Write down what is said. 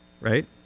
Right